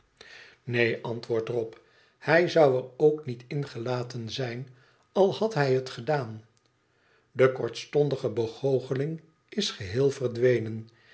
neen antwoordt rob hij zon er ook niet ingelaten zijn al had hij het gedaan de kortstondige begoocheling is gebeel verdwenen